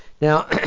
Now